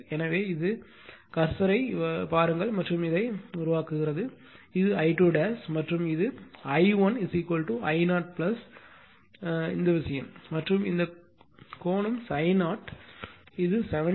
எனவே இது கர்சரைப் பாருங்கள் மற்றும் இதை உருவாக்குகிறது இது I2 மற்றும் இது I1 I0 இந்த விஷயம் மற்றும் இந்த ∅ 0 கோணம் ∅ 0 இது 78